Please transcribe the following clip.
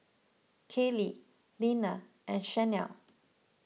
Kaley Nina and Shanell